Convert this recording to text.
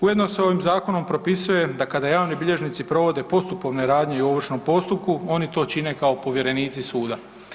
Ujedno se ovim zakonom propisuje da kada javni bilježnici provode postupovne radnje u ovršnom postupku oni to čine kao povjerenici suda.